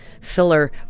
filler